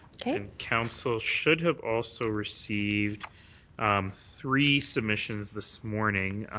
and council should have also received three submissions this morning.